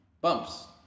Bumps